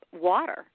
water